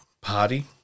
party